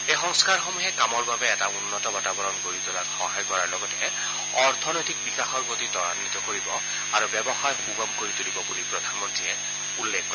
এই সংস্থাৰসমূহে কামৰ বাবে এটা উন্নত বাতাবৰণ গঢ়ি তোলাত সহায় কৰাৰ লগতে অৰ্থনৈতিক বিকাশৰ গতি তৰান্নিত কৰিব আৰু ব্যৱসায় সূগম কৰি তুলিব বুলি প্ৰধানমন্ত্ৰীয়ে উল্লেখ কৰে